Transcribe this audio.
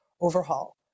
overhaul